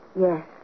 Yes